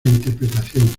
interpretación